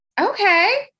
Okay